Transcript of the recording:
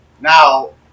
Now